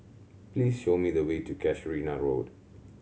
please show me the way to Casuarina Road